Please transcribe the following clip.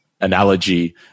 analogy